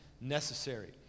necessary